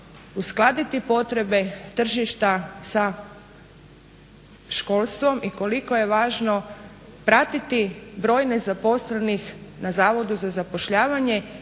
uskladiti potrebe tržišta sa školstvom i koliko je važno pratiti broj nezaposlenih na Zavodu za zapošljavanje